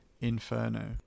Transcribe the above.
Inferno